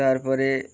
তারপরে